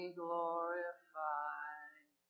glorified